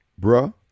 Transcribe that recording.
Bruh